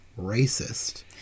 racist